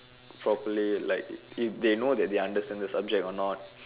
properly if they know that they understand the subject or not